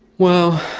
well,